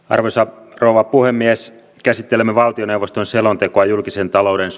arvoisa rouva puhemies käsittelemme valtioneuvoston selontekoa julkisen talouden